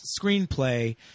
screenplay